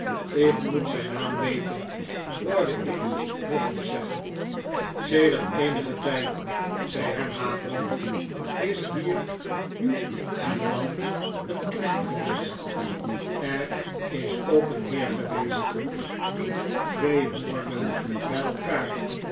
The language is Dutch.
ik moet zijn naam weten hoorde ik nog eens zeggen sedert eenigen tijd zei ham haperend david copperfield is hier nu en dan een knecht geweest er is ook een heer geweest die twee hoorden bij elkaar